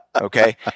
Okay